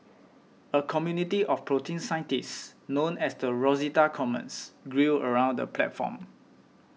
a community of protein scientists known as the Rosetta Commons grew around the platform